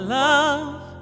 love